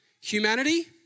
humanity